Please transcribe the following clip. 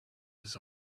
his